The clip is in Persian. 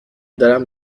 دارم